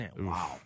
Wow